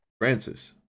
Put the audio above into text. Francis